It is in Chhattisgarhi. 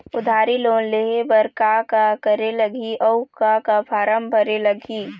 उधारी लोन लेहे बर का का करे लगही अऊ का का फार्म भरे लगही?